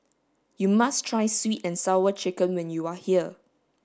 you must try sweet and sour chicken when you are here